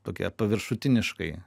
tokia paviršutiniškai